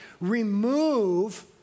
remove